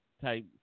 type